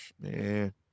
man